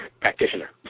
practitioner